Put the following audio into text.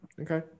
Okay